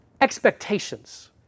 expectations